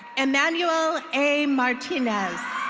emmanuel a martinez.